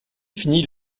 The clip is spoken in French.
finit